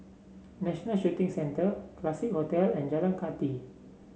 National Shooting Centre Classique Hotel and Jalan Kathi